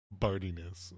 bardiness